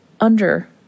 under-